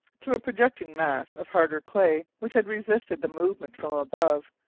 to a projecting mass of harder clay, which had resisted the movement from above,